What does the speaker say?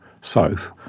south